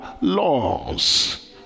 laws